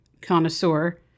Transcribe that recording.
connoisseur